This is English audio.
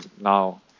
now